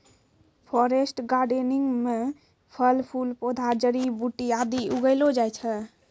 forest gardening म फल फूल पौधा जड़ी बूटी आदि उगैलो जाय छै